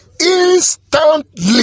instantly